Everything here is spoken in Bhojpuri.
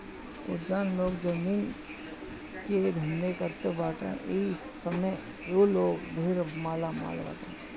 जउन लोग जमीन बेचला के धंधा करत बाटे इ समय उ लोग ढेर मालामाल बाटे